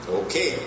okay